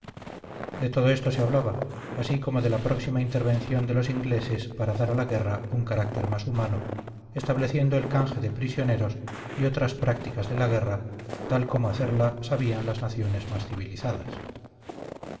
de todo esto se hablaba así como de la próxima intervención de los ingleses para dar a la guerra un carácter más humano estableciendo el canje de prisioneros y otras prácticas de la guerra tal como hacerla sabían las naciones más civilizadas